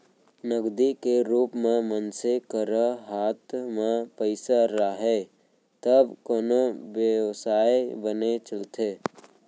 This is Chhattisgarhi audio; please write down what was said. नगदी के रुप म मनसे करा हात म पइसा राहय तब कोनो बेवसाय बने चलथे